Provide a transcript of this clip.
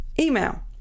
email